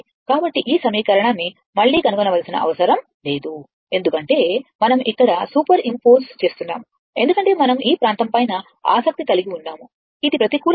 కాబట్టి ఈ సమీకరణాన్ని మళ్ళీ కనుగొనవలసిన అవసరం లేదు ఎందుకంటే మనం ఇక్కడ సూపర్ ఇంపోస్ చేస్తున్నాం ఎందుకంటే మనం ఈ ప్రాంతం పైన ఆసక్తి కలిగి ఉన్నాము ఇది ప్రతికూల గుర్తు